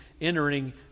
entering